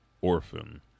Orphan